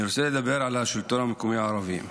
אני רוצה לדבר על השלטון המקומי הערבי.